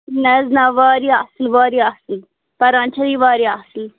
نہ حظ نہ واریاہ اصل واریاہ اصل پَران چھ یہ واریاہ اصل